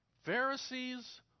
Pharisees